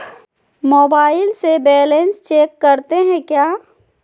Mobile से balance check करते हैं क्या?